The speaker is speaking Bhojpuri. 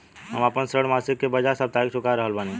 हम आपन ऋण मासिक के बजाय साप्ताहिक चुका रहल बानी